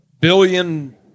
billion